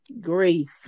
Grief